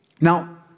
Now